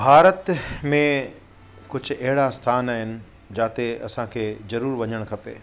भारत में कुझु अहिड़ा स्थान आहिनि जिते असांखे ज़रूरु वञणु खपे